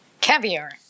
caviar